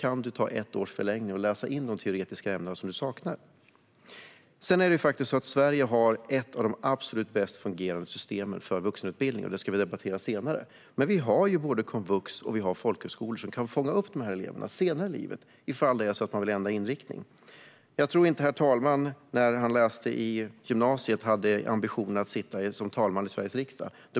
Man kan göra ett års förlängning och läsa in de teoretiska ämnen man saknar. Sverige har faktiskt ett av de absolut bäst fungerande systemen för vuxenutbildning - det ska vi debattera senare. Vi har både komvux och folkhögskolor som kan fånga upp elever som vill ändra inriktning senare i livet. Jag tror inte att herr talmannen när han läste på gymnasiet hade ambitionen att sitta som talman i Sveriges riksdag.